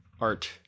art